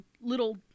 little